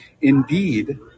Indeed